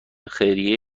خیریه